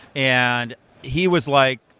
and he was like,